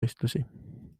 võistlusi